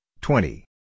twenty